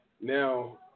Now